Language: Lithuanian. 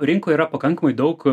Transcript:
rinkoj yra pakankamai daug